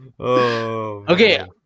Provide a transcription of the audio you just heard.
Okay